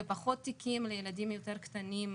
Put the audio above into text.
ופחות תיקים לילדים יותר קטנים,